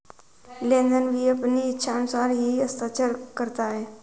लेनदार भी अपनी इच्छानुसार ही हस्ताक्षर करता है